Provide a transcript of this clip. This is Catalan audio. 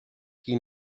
qui